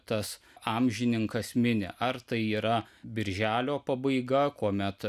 tas amžininkas mini ar tai yra birželio pabaiga kuomet